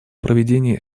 проведения